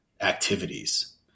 activities